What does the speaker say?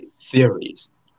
theories